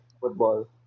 football